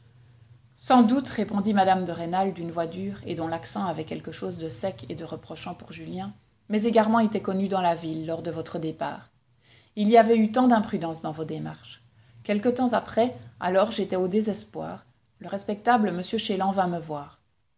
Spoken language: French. sans doute répondit mme de rênal d'une voix dure et dont l'accent avait quelque chose de sec et de reprochant pour julien mes égarements étaient connus dans la ville lors de votre départ il y avait eu tant d'imprudence dans vos démarches quelque temps après alors j'étais au désespoir le respectable m chélan vint me voir